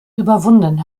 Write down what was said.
überwunden